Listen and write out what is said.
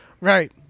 Right